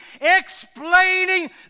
explaining